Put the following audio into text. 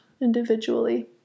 individually